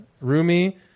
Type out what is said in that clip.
Rumi